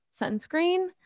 sunscreen